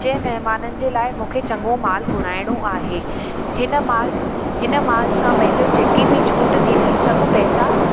जंहिं महिमाननि जे लाइ मूंखे चङो माल घुराइणो आहे हिन माल हिन माल सां मुंहिंजो जेकी बि छूट थींदी सभु पैसा